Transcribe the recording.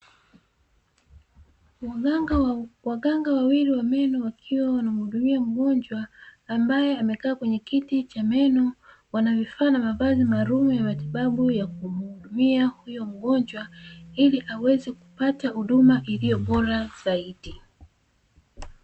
Waganga wawili wa meno, wakiwa wanamhudumia mgonjwa ambae amekaa kwenye kiti cha meno, wanavifaa na mavazi maalumu ya matibabu ya kumhudumia huyo mgonjwa ili aweze kupata huduma iliyo bora zaidi.